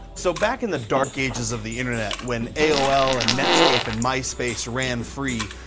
so, back in the dark ages of the internet when aol, and netscape, an myspace ran free,